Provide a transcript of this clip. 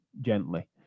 gently